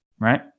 Right